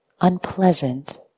unpleasant